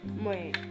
Wait